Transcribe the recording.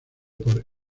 por